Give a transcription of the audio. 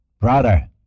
Brother